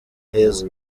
heza